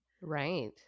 Right